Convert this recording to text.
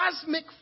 cosmic